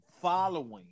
following